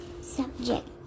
subject